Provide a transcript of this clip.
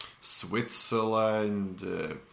Switzerland